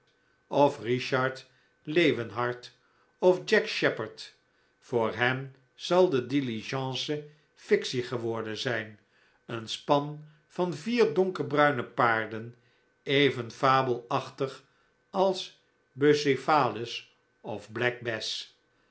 of richard leeuwenhart of jack sheppard voor hen zal de diligence flctie geworden zijn een span van vier donkerbruine paarden even fabelachtig als bucephalus of